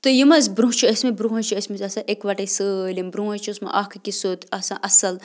تہٕ یِم حظ برٛونٛہہ چھِ ٲسۍمٕتۍ برٛونٛہہ حظ چھِ ٲسۍمٕتۍ آسان یِکوَٹے سٲلِم برٛونٛہہ حظ چھِ اوسمُت اَکھ أکِس سیوٚد آسان اَصٕل